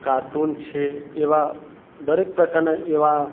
cartoon છે એવા દરેક પ્રકારના એવા